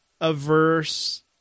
averse